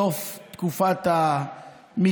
סוף תקופת המכתבים,